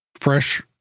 fresh